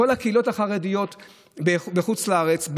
כל הקהילות החרדיות בחוץ לארץ,